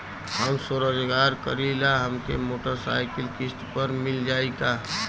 हम स्वरोजगार करीला हमके मोटर साईकिल किस्त पर मिल जाई का?